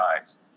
eyes